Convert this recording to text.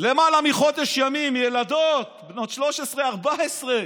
למעלה מחודש ימים, ילדות בנות 13, 14,